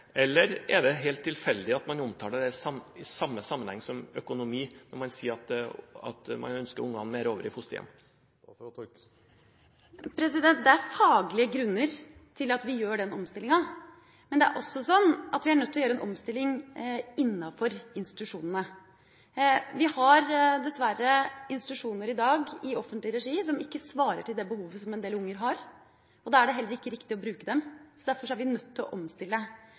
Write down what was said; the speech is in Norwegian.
eller er det helt tilfeldig at man omtaler det i samme sammenheng som økonomi når man sier at man ønsker barna mer over i fosterhjem? Det er faglige grunner til at vi gjør den omstillinga. Men det er også sånn at vi er nødt til å gjøre en omstilling innenfor institusjonene. Vi har dessverre institusjoner i dag i offentlig regi som ikke svarer til det behovet som en del unger har, og da er det heller ikke riktig å bruke dem. Derfor er vi nødt til å omstille